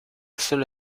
solo